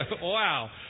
Wow